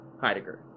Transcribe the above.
Heidegger